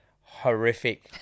Horrific